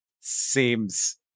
seems